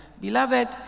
beloved